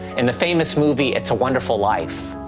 in the famous movie, it's a wonderful life,